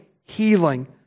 healing